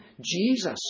Jesus